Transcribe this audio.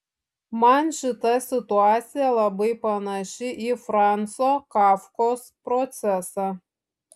man šita situacija labai panaši į franco kafkos procesą